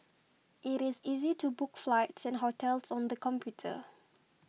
it is easy to book flights and hotels on the computer